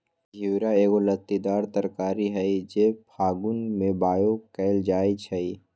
घिउरा एगो लत्तीदार तरकारी हई जे फागुन में बाओ कएल जाइ छइ